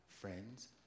friends